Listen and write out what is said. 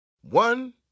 One